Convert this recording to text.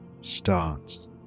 starts